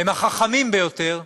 הם החכמים ביותר,